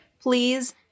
please